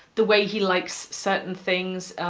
the way he likes certain things,